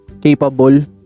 capable